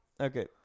Okay